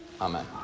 Amen